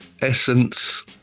Essence